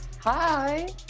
Hi